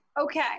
Okay